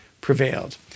prevailed